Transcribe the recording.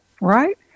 right